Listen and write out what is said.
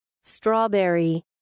Strawberry